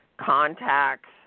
contacts